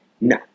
no